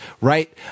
right